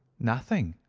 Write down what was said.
nothing.